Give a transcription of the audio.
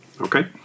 Okay